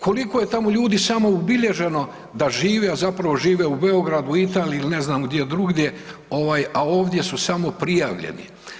Koliko je tamo ljudi samo ubilježeno žive, a zapravo žive u Beogradu, Italiji ili ne znam gdje druge, a ovdje su samo prijavljeni?